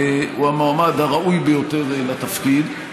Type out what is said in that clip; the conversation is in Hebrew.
הוא המועמד הראוי ביותר לתפקיד.